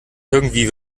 irgendwie